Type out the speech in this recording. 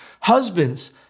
Husbands